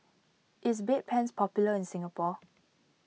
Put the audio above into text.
is Bedpans popular in Singapore